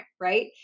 Right